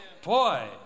Boy